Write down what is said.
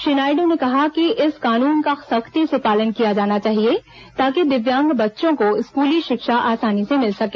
श्री नायडू ने कहा कि इस कानून का सख्ती से पालन किया जाना चाहिए ताकि दिव्यांग बच्चों को स्कूली शिक्षा आसानी से मिल सके